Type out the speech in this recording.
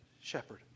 shepherd